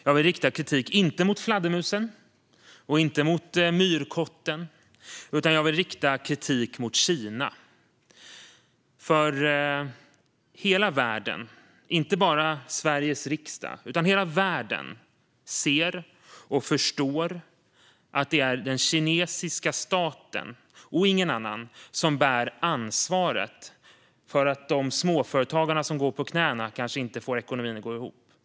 Det är inte kritik mot fladdermusen eller myrkotten, utan jag vill rikta kritik mot Kina. Hela världen - inte bara Sveriges riksdag - ser och förstår att det är den kinesiska staten och ingen annan som bär ansvar för att de småföretagare som går på knäna kanske inte får ekonomin att gå ihop.